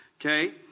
Okay